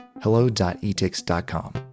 Hello.etix.com